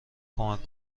کمک